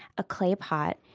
a clay pot,